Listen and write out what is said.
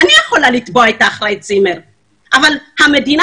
אני יכולה לתבוע את אחראי הצימר אבל המדינה